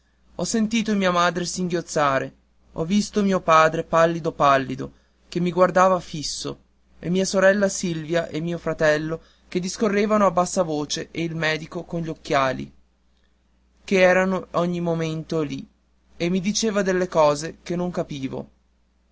ho sentito mia madre singhiozzare ho visto mio padre pallido pallido che mi guardava fisso e mia sorella silvia e mio fratello che discorrevano a bassa voce e il medico con gli occhiali che era ogni momento lì e mi diceva delle cose che non capivo